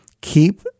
Keep